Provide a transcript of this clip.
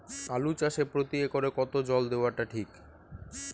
আলু চাষে প্রতি একরে কতো জল দেওয়া টা ঠিক?